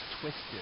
twisted